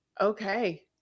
Okay